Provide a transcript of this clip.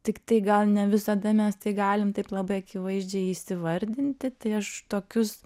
tiktai gal ne visada mes tai galim labai akivaizdžiai įsivardinti tai aš tokius